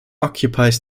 occupies